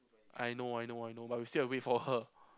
I know I know I know but we still have to wait for her